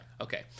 Okay